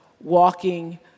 walking